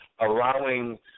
allowing